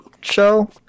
show